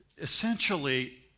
Essentially